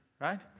right